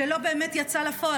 שלא באמת יצא לפועל,